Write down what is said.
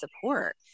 support